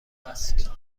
است